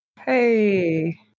hey